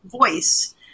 voice